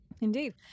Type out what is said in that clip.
indeed